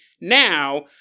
now